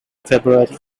february